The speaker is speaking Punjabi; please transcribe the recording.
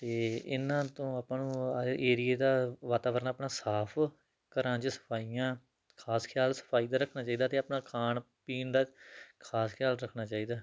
ਅਤੇ ਇਹਨਾਂ ਤੋਂ ਆਪਾਂ ਨੂੰ ਏਰੀਏ ਦਾ ਵਾਤਾਵਰਨ ਆਪਣਾ ਸਾਫ ਘਰਾਂ 'ਚ ਸਫਾਈਆਂ ਖਾਸ ਖਿਆਲ ਸਫਾਈ ਦਾ ਰੱਖਣਾ ਚਾਹੀਦਾ ਅਤੇ ਆਪਣਾ ਖਾਣ ਪੀਣ ਦਾ ਖਾਸ ਖਿਆਲ ਰੱਖਣਾ ਚਾਹੀਦਾ